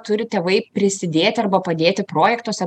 turi tėvai prisidėti arba padėti projektuose